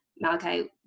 Malachi